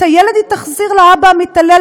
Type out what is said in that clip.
את הילד היא תחזיר לאבא המתעלל,